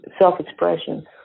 self-expression